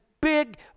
big